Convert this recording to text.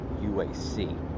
UAC